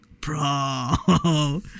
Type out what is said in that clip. Bro